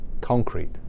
concrete